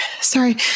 sorry